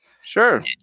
Sure